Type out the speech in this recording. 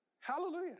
Hallelujah